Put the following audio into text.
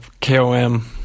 KOM